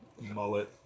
mullet